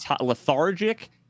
lethargic